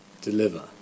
deliver